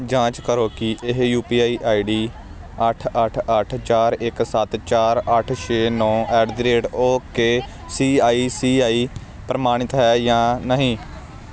ਜਾਂਚ ਕਰੋ ਕਿ ਇਹ ਯੂ ਪੀ ਆਈ ਆਈਡੀ ਅੱਠ ਅੱਠ ਅੱਠ ਚਾਰ ਇੱਕ ਸੱਤ ਚਾਰ ਅੱਠ ਛੇ ਨੌਂ at the rate okay C I C I ਪ੍ਰਮਾਣਿਤ ਹੈ ਜਾਂ ਨਹੀਂ